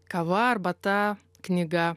kava arbata knyga